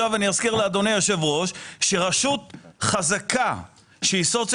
אני אזכיר לאדוני היושב ראש שרשות חזקה שהיא סוציו